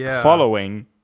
Following